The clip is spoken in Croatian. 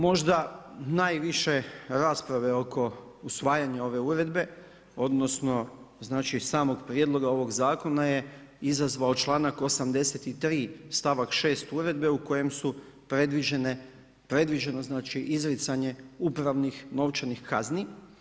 Možda najviše rasprave oko usvajanja ove uredbe odnosno znači samog prijedloga ovog zakona je izazvao članak 83. stavak 6. uredbe u kojem su predviđeno izricanje upravnih novčanih kazni.